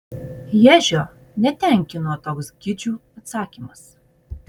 ježio netenkino toks gidžių atsakymas